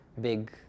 big